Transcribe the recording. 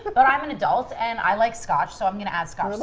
but but i'm an adult. and i like scotch. so, i'm going to add scotch!